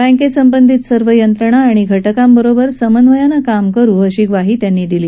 बँकेसंबधीत सर्व यंत्रणा आणि घटकांबरोबर समन्वयानं काम केलं जाईल अशी ग्वाही त्यांनी दिली